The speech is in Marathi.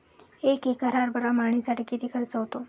एक एकर हरभरा मळणीसाठी किती खर्च होतो?